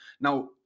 Now